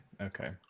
Okay